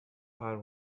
are